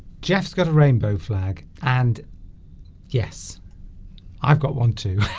jeff's got a rainbow flag and yes i've got one too